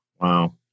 Wow